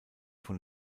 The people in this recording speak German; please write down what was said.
von